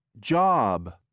Job